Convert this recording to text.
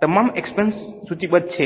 તમામ એક્સપેન્સ સૂચિબદ્ધ છે